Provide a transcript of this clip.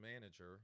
manager